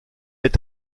est